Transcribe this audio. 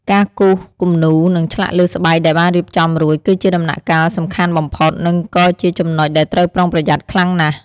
ការគូសគំនូរ និងឆ្លាក់លើស្បែកដែលបានរៀបចំរួច គឺជាដំណាក់កាលសំខាន់បំផុត និងក៏ជាចំណុចដែលត្រូវប្រុងប្រយ័ត្នខ្លាំងណាស់។